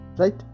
Right